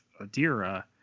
adira